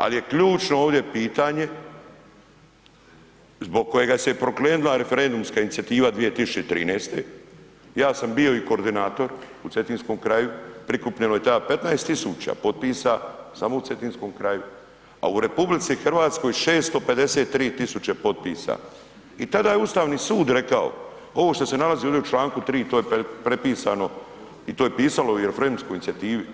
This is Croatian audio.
Ali je ključno ovdje pitanje zbog kojega se pokrenula referendumska inicijativa 2013., ja sam bio i koordinator u Cetinskom kraju, prikupljeno je tada 15.000 potpisa samo u Cetinskom kraju, a u RH 653.000 potpisa i tada je Ustavni sud rekao ovo što se nalazi ovde u Članku 3. to je prepisano i to je pisalo i u referendumskoj inicijativi,